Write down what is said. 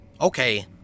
okay